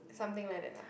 something like that lah